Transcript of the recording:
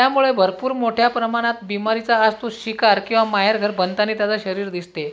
त्यामुळे भरपूर मोठ्या प्रमाणात बिमारीचा आज तो शिकार किंवा माहेरघर बनतानी त्याचं शरीर दिसते